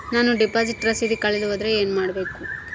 ನಾನು ಡಿಪಾಸಿಟ್ ರಸೇದಿ ಕಳೆದುಹೋದರೆ ಏನು ಮಾಡಬೇಕ್ರಿ?